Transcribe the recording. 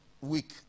week